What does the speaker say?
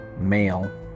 male